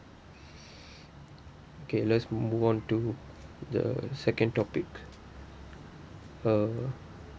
okay let's move on to the second topic uh